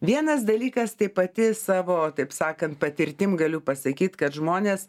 vienas dalykas tai pati savo taip sakant patirtim galiu pasakyt kad žmonės